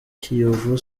kiyovu